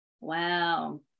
Wow